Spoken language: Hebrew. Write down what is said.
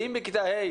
אם מכיתה ה',